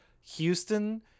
Houston